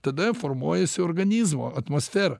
tada formuojasi organizmo atmosfera